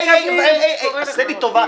הי, הי, עשה לי טובה.